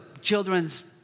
children's